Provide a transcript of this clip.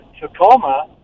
Tacoma